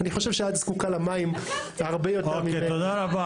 אני חושב שאת זקוקה למים הרבה יותר ממני,